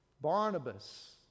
Barnabas